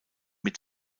mit